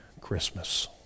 Christmas